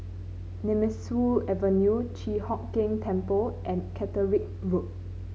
Nemesu Avenue Chi Hock Keng Temple and Catterick Road